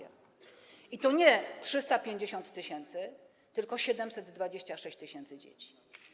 I to nie 350 tys., tylko 726 tys. dzieci.